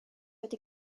wedi